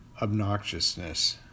obnoxiousness